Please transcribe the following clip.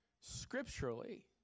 scripturally